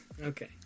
Okay